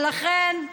ולכן,